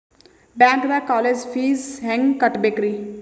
ಬ್ಯಾಂಕ್ದಾಗ college fees ಹೆಂಗ್ ಕಟ್ಟ್ಬೇಕ್ರಿ?